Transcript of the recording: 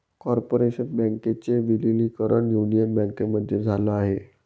corporation बँकेचे विलीनीकरण union बँकेमध्ये झाल आहे